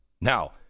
Now